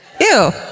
Ew